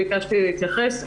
ביקשתי להתייחס,